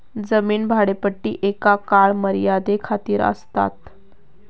जमीन भाडेपट्टी एका काळ मर्यादे खातीर आसतात